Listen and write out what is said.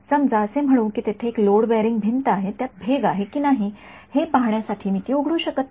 समजा असे म्हणू की तेथे एक लोड बेअरिंग भिंत आहे त्यात भेग आहे कि नाही हे पाहण्यासाठी मी ती उघडू शकत नाही